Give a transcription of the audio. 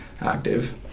active